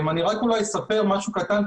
אני רק אולי אספר משהו קטן,